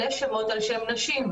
לשמות על שם נשים,